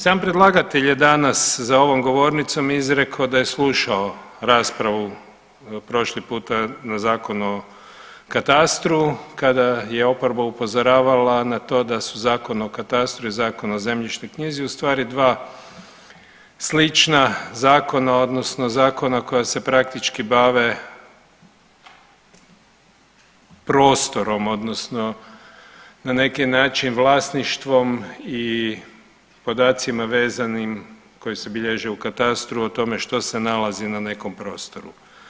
Sam predlagatelj je danas za ovom govornicom izreko da je slušao raspravu, prošli puta na Zakon o katastru kada je oporba upozoravala na to da su Zakon o katastru i Zakon o zemljišnoj knjizi u stvari dva slična zakona, odnosno zakona koja se praktički bave prostorom, odnosno na neki način vlasništvom i podacima vezanim koji se bilježe u katastru o tome što se nalazi na nekom prostoru.